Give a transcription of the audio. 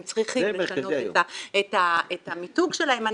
הם צריכים לשנות את המיתוג שלהם.